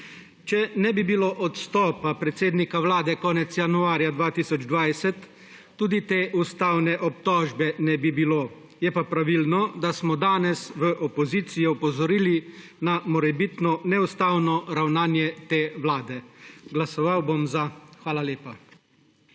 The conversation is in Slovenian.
Če ne bi bilo odstopa predsednika Vlade konec januarja 2020, tudi te ustavne obtožbe ne bi bilo. Je pa pravilno, da smo danes v opoziciji opozorili na morebitno neustavno ravnanje te Vlade. Glasoval bom za. Hvala lepa.